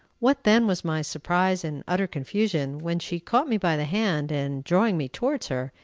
what then was my surprise and utter confusion when she caught me by the hand, and, drawing me towards her,